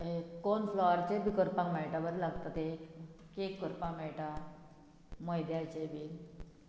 corn फ्लावरचे बी करपाक मेळटा बरें लागता ते केक करपाक मेळटा मैद्याचे बी